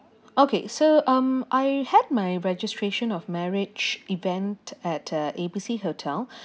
okay so um I had my registration of marriage event at uh A B C hotel